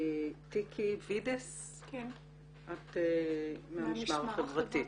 תיקי וידס, את מהמשמר החברתי.